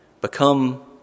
become